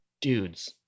dudes